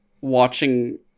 watching